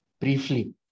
briefly